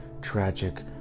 tragic